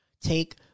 Take